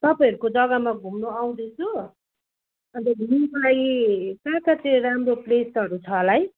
तपाईँहरूको जग्गामा घुम्नु आउँदैछु अन्त घुम्नुको लागि कहाँ कहाँ चाहिँ राम्रो प्लेसहरू छ होला है